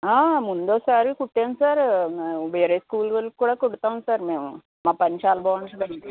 ముందొకసారి కుట్టాను సార్ వేరే స్కూల్ వాళ్ళకి కూడా కుడతాము సార్ మేము మా పని చాలా బాగుంటుందండి